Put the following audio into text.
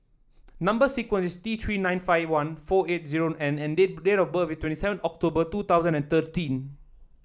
number sequence is T Three nine five one four eight zero N and date date of birth is twenty seven October two thousand and thirteen